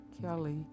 Kelly